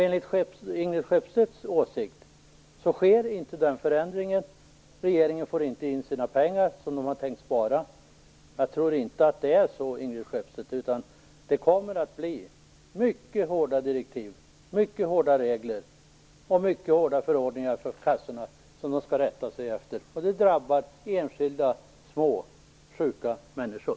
Enligt Ingrid Skeppstedts åsikt sker inte den förändringen, regeringen får inte in sina pengar, som den har tänkt spara. Jag tror inte att det är så, Ingrid Skeppstedt. Det kommer att bli mycket hårda direktiv, mycket hårda regler och mycket hårda förordningar för kassorna, som de skall rätta sig efter. Och det drabbar enskilda, små, sjuka människor.